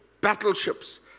battleships